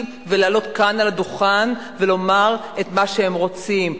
ולעלות כאן על הדוכן ולומר את מה שהם רוצים,